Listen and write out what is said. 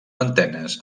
antenes